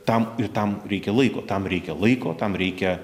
tam ir tam reikia laiko tam reikia laiko tam reikia